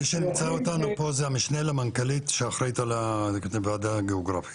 מי שנמצא איתנו פה היא המשנה למנכ"לית שאחראית על הוועדה הגיאוגרפית.